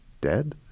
dead